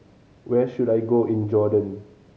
where should I go in Jordan